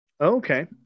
okay